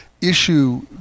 issue